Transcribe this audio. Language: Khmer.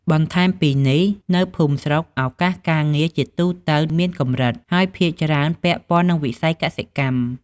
បន្ថែមពីនេះ នៅភូមិស្រុកឱកាសការងារជាទូទៅមានកម្រិត ហើយភាគច្រើនពាក់ព័ន្ធនឹងវិស័យកសិកម្ម។